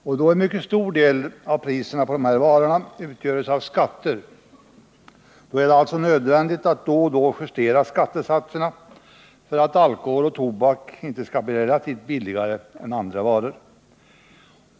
Eftersom en mycket stor del av priserna på dessa varor utgöres av skatter, är det alltså nödvändigt att då och då justera skattesatserna för att alkohol och tobak inte skall bli relativt billigare än andra varor.